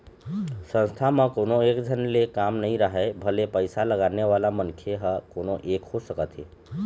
संस्था म कोनो एकझन ले काम नइ राहय भले पइसा लगाने वाला मनखे ह कोनो एक हो सकत हे